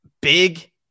big